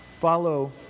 follow